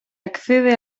accede